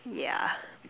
yeah